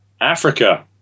Africa